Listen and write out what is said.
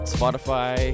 Spotify